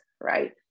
right